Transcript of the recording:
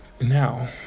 Now